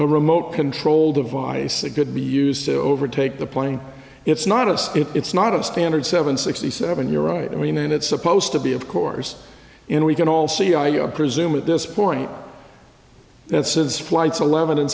remote control device that could be used to overtake the plane it's not us it's not a standard seven sixty seven you're right i mean it's supposed to be of course and we can all see i presume at this point that since flights eleven